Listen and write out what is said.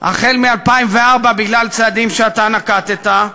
החל מ-2004 בגלל צעדים שאתה נקטת.